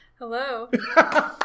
Hello